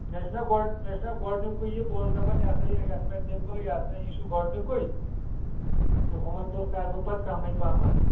مےٚ چُھ نا گۄڈ مےٚ چُھ نا گۄڈٕنِکُے یہ بہٕ اوُسس دپان یہِ ہسا یہِ یتھ پیٹھ دِم بہٕ یہِ ہسا یہِ یہِ چُھ گۄڈٕنِکُے تہٕ ہُمن پٮ۪ٹھ کَرٕ بہ پَتہٕ کَمٕے پہمتھ